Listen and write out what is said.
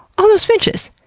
all those finches,